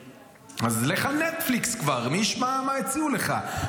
אז לך על נטפליקס כבר, מי ישמע מה הציעו לך.